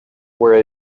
where